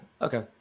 okay